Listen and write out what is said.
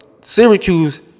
Syracuse